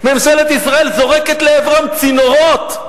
ממשלת ישראל זורקת לעברם צינורות,